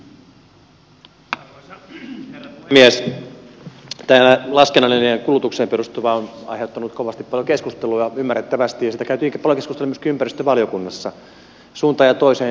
täällä laskennallinen ja kulutukseen perustuva malli ovat aiheuttaneet kovasti paljon keskustelua ymmärrettävästi ja siitä käytiin paljon keskustelua myöskin ympäristövaliokunnassa suuntaan ja toiseen